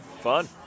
Fun